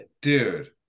Dude